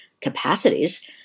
capacities